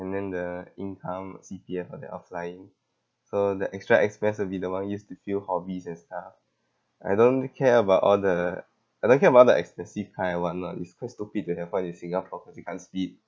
and then the income C_P_F for the offline so the extra expense would be the one used to fill hobbies and stuff I don't care about all the I don't care about all the expensive car and whatnot it's quite stupid to have one in singapore cause you can't speed